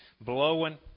blowing